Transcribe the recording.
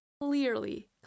Clearly